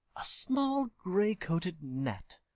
a small grey-coated gnat,